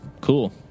cool